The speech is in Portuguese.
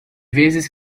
vezes